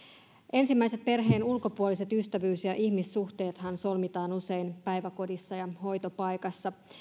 ensimmäiset perheen ulkopuoliset ystävyys ja ihmissuhteethan solmitaan usein päiväkodissa ja hoitopaikassa